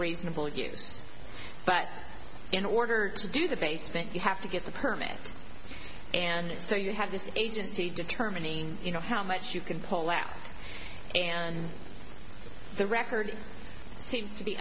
reasonable use but in order to do that they spent you have to get the permit and so you have this agency determining you know how much you can pull out and the record seems to be